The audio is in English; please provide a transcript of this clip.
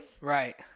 right